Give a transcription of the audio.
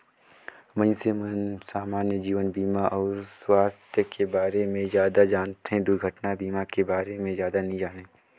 मइनसे मन समान्य जीवन बीमा अउ सुवास्थ के बारे मे जादा जानथें, दुरघटना बीमा के बारे मे जादा नी जानें